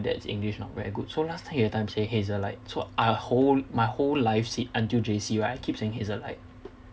dad's english not very good so last time he everytime say hazard light so I whole my whole life hazard until J_C right I keep saying hazard light